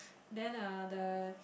then uh the